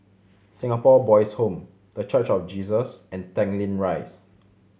Singapore Boys' Home The Church of Jesus and Tanglin Rise